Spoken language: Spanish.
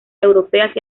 europeas